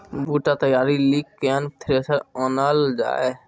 बूटा तैयारी ली केन थ्रेसर आनलऽ जाए?